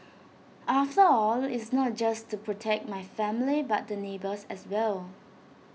after all it's not just to protect my family but the neighbours as well